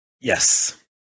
Yes